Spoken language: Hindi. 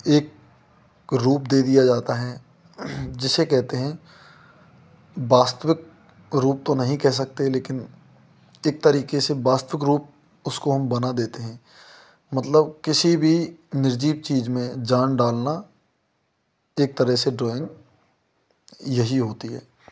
एक रुप दे दिया जाता है जिसे कहते हैं वास्तविक रूप तो नहीं कह सकते लेकिन एक तरीके से वास्तविक रूप उसको हम बना देते हैं मतलब किसी भी निर्जीव चीज़ में जान डालना एक तरह से ड्रॉइंग यही होती है